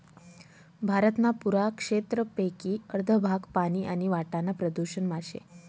भारतना पुरा क्षेत्रपेकी अर्ध भाग पानी आणि वाटाना प्रदूषण मा शे